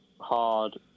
hard